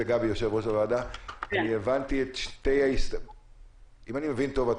אם אני מבין טוב,